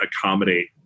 accommodate